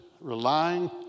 relying